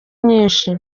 nyinshi